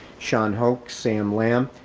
shawn hoke, sam lam,